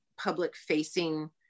public-facing